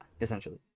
essentially